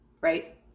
right